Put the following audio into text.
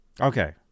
Okay